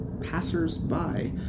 passers-by